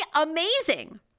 amazing